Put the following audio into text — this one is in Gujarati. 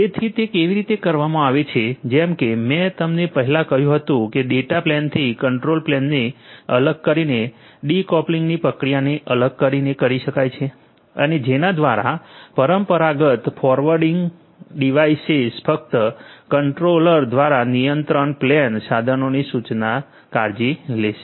તેથી તે કેવી રીતે કરવામાં આવે છે જેમ કે મેં તમને પહેલા કહ્યું હતું કે ડેટા પ્લેનથી કંટ્રોલ પ્લેનને અલગ કરીને ડિકોપ્લિંગની પ્રક્રિયાને અલગ કરીને કરી શકાય છે અને જેના દ્વારા પરંપરાગત ફોરવર્ડિંગ ડિવાઇસેસ ફક્ત કંટ્રોલર દ્વારા નિયંત્રણ પ્લેન સાધનોની સૂચનાની કાળજી લેશે